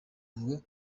ngo